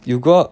you go out